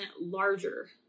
larger